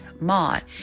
Maud